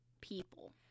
people